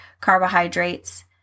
carbohydrates